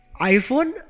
iPhone